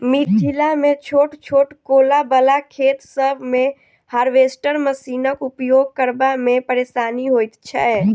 मिथिलामे छोट छोट कोला बला खेत सभ मे हार्वेस्टर मशीनक उपयोग करबा मे परेशानी होइत छै